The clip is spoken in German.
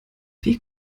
wie